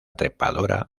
trepadora